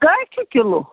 کٔہۍ چھِ کِلوٗ